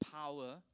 power